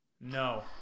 No